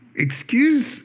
excuse